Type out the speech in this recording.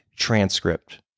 transcript